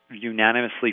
unanimously